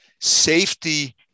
safety